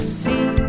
see